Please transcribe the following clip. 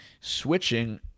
Switching